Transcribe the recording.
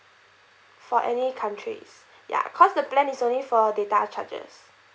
for any countries ya cause the plan is only for data charges